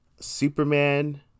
Superman